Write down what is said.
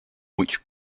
which